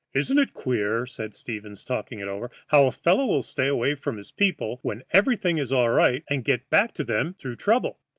isn't it queer, said stevens, talking it over, how a fellow will stay away from his people when everything is all right, and get back to them through trouble?